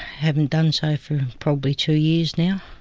haven't done so for probably two years now,